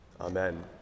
Amen